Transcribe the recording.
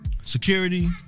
Security